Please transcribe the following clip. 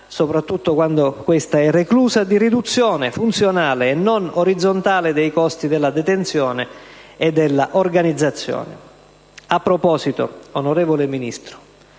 soprattutto quando questa è reclusa, di riduzione funzionale e non orizzontale dei costi della detenzione e della organizzazione. A proposito, onorevole Ministro,